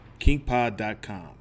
KingPod.com